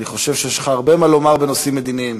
אני חושב שיש לך הרבה מה לומר בנושאים מדיניים.